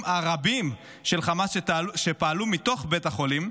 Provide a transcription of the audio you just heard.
הרבים של חמאס שפעלו מתוך בית החולים,